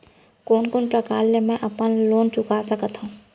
कोन कोन प्रकार ले मैं अपन लोन चुका सकत हँव?